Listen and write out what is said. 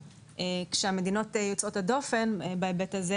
המדינות יוצאות הדופן בהיבט הזה